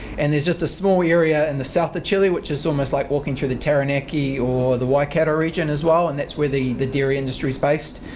and there's just a small area in and the south of chile which is almost like walking through the taranaki or the waikato region as well and that's where the the dairy industry's based.